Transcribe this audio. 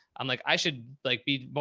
i'm like, i should like be,